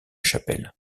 chapelle